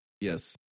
Yes